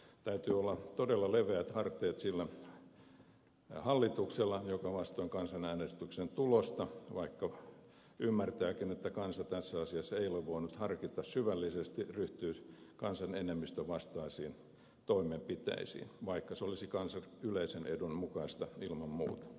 täytyy olla todella leveät hartiat sillä hallituksella joka vastoin kansanäänestyksen tulosta vaikka ymmärtääkin että kansa tässä asiassa ei ole voinut harkita syvällisesti ryhtyy kansan enemmistön vastaisiin toimenpiteisiin vaikka se olisi kansan yleisen edun mukaista ilman muuta